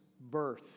birth